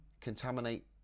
contaminate